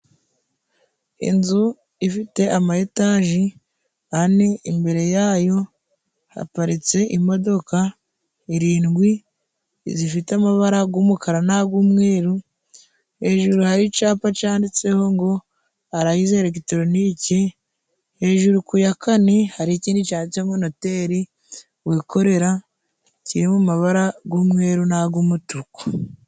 Inzu ifite ama etaji ane imbere yayo haparitse imodoka irindwi zifite amabara g'umukara nag'umweru hejuru hari icapa canditseho ngo arayizere legitoroniki hejuru ku ya kane hari ikindi cyanditseho ngo noteri wikorera kiri mumabara g'umweru na g'umutuku.